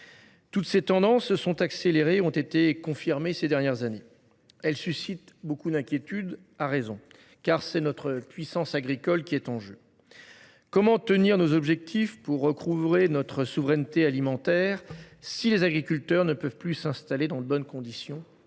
Toutes ces tendances se sont accélérées et ont été confirmées ces dernières années. Elles suscitent, à raison, beaucoup d’inquiétudes, car c’est notre puissance agricole qui est en jeu. Comment tenir nos objectifs pour recouvrer notre souveraineté alimentaire si les agriculteurs ne peuvent plus s’installer dans de bonnes conditions